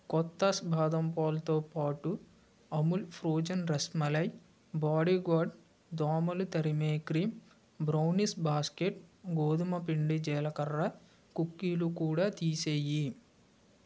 కొతస్ బాదం పాలు తోబాటు అమూల్ ఫ్రోజన్ రస్మలాయ్ బాడీగార్డ్ దోమలు తరిమే క్రీం బ్రౌనీస్ బాస్కెట్ గోధుమపిండి జీలకర్ర కుకీలు కూడా తీసేయి